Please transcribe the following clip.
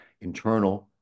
internal